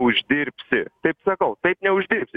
uždirbsi taip sakau taip neuždirbsi